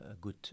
good